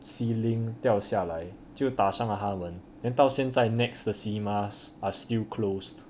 ceiling 掉下来就打伤了他们 then 到现在 NEX the cinemas are still closed